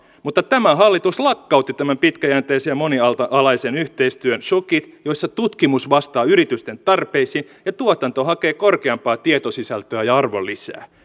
mutta tämä hallitus lakkautti tämän pitkäjänteisen ja monialaisen yhteistyön shokit joissa tutkimus vastaa yritysten tarpeisiin ja tuotanto hakee korkeampaa tietosisältöä ja arvonlisää